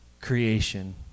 creation